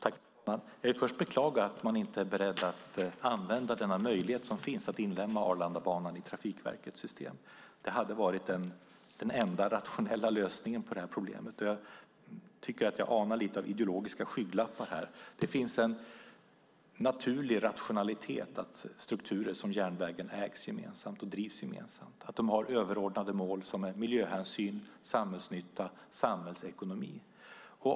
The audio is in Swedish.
Fru talman! Jag vill först beklaga att man inte är beredd att använda denna möjlighet som finns att inlemma Arlandabanan i Trafikverkets system. Det hade varit den enda rationella lösningen på det här problemet. Jag tycker att jag anar lite av ideologiska skygglappar här. Det finns en naturlig rationalitet i att strukturer som järnvägen ägs och drivs gemensamt, att de har överordnade mål som är miljöhänsyn, samhällsnytta och samhällsekonomi.